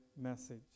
message